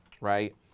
right